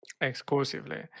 Exclusively